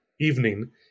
evening